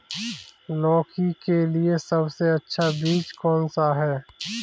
लौकी के लिए सबसे अच्छा बीज कौन सा है?